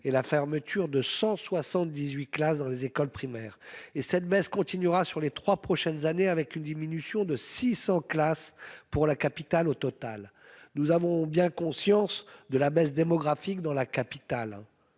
et la fermeture de 178 classes dans les écoles primaires. Cette baisse continuera pendant les trois prochaines années, avec une diminution de 600 classes au total. Nous avons bien conscience de la baisse démographique dans la capitale.